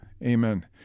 Amen